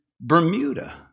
Bermuda